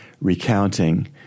recounting